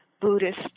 Buddhist